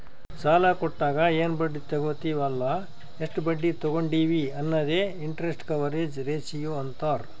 ಸಾಲಾ ಕೊಟ್ಟಾಗ ಎನ್ ಬಡ್ಡಿ ತಗೋತ್ತಿವ್ ಅಲ್ಲ ಎಷ್ಟ ಬಡ್ಡಿ ತಗೊಂಡಿವಿ ಅನ್ನದೆ ಇಂಟರೆಸ್ಟ್ ಕವರೇಜ್ ರೇಶಿಯೋ ಅಂತಾರ್